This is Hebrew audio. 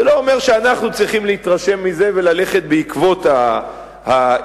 זה לא אומר שאנחנו צריכים להתרשם מזה וללכת בעקבות העיתונות.